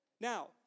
Now